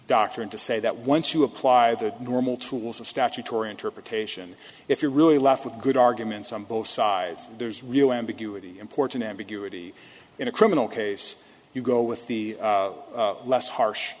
doctrine to say that once you apply the normal tools of statutory interpretation if you're really left with good arguments on both sides there's real ambiguity important ambiguity in a criminal case you go with the less harsh